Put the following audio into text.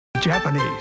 Japanese